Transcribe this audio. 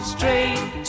Straight